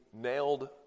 nailed